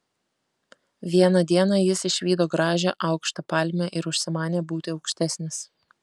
vieną dieną jis išvydo gražią aukštą palmę ir užsimanė būti aukštesnis